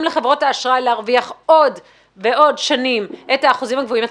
לחברות האשראי להרוויח עוד בעוד שנים את האחוזים הגבוהים.